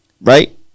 Right